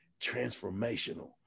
transformational